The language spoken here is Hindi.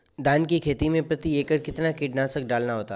धान की खेती में प्रति एकड़ कितना कीटनाशक डालना होता है?